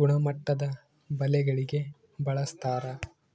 ಗುಮ್ಮಟದಬಲೆಗಳಿಗೆ ಬಳಸ್ತಾರ